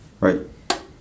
Right